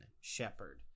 Shepherd